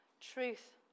truth